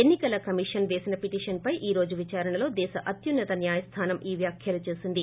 ఎన్ని కల కమిషన్ పేసిన పిటిషన్పై ఈ రోజు విదారణలో దేశ అత్యున్నత న్యాయస్థానం ఈ వ్యాఖ్యాలు చేసింది